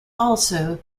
also